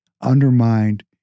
undermined